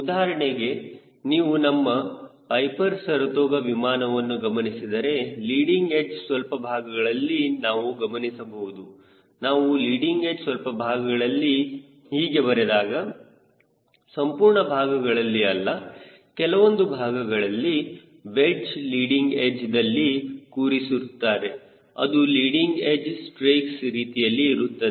ಉದಾಹರಣೆಗೆ ನೀವು ನಮ್ಮ ಪೈಪರ್ ಸರತೋಗ ವಿಮಾನವನ್ನು ಗಮನಿಸಿದರೆ ಲೀಡಿಂಗ್ ಎಡ್ಚ್ ಸ್ವಲ್ಪ ಭಾಗಗಳಲ್ಲಿ ನಾವು ಗಮನಿಸಬಹುದು ನಾನು ಲೀಡಿಂಗ್ ಎಡ್ಚ್ ಸ್ವಲ್ಪ ಭಾಗಗಳಲ್ಲಿ ಹೀಗೆ ಬರೆದಾಗ ಸಂಪೂರ್ಣ ಭಾಗಗಳಲ್ಲಿ ಅಲ್ಲ ಕೆಲವೊಂದು ಭಾಗಗಳಲ್ಲಿ ವೆಡ್ಜ್ ಲೀಡಿಂಗ್ ಎಡ್ಚ್ ದಲ್ಲಿ ಕೂರಿಸಿರುತ್ತಾರೆ ಅದು ಲೀಡಿಂಗ್ ಎಡ್ಚ್ ಸ್ಟ್ರೇಕ್ಸ್ ರೀತಿಯಲ್ಲಿ ಇರುತ್ತದೆ